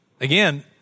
again